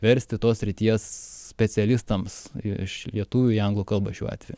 versti tos srities specialistams iš lietuvių į anglų kalbą šiuo atveju